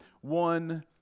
one